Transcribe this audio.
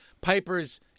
Piper's